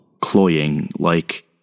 cloying-like